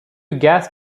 gas